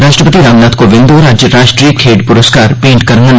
राष्ट्रपति रामनाथ कोविंद होर अज्ज राष्ट्री खेड्ढ पुरस्कार भेंट करडन